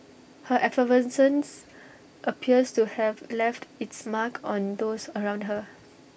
her effervescence appears to have left its mark on those around her